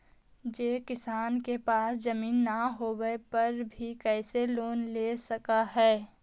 जे किसान के पास जमीन न होवे पर भी कैसे लोन ले सक हइ?